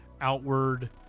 outward